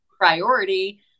priority